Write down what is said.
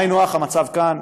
היינו הך המצב כאן.